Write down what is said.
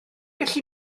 gallu